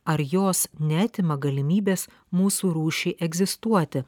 ar jos neatima galimybės mūsų rūšiai egzistuoti